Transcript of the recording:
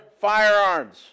firearms